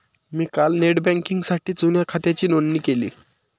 मी काल नेट बँकिंगसाठी जुन्या खात्याची नोंदणी केली